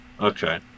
Okay